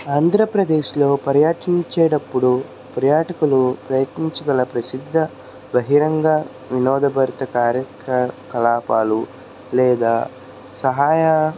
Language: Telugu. ఆంధ్రప్రదేశ్లో పర్యటించేటప్పుడు పర్యాటకులు ప్రయత్నించగల ప్రసిద్ధ బహిరంగ వినోద భరిత కార్య క కలాపాలు లేదా సహాయ